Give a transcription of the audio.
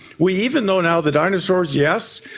we even know now the dinosaurs, yes,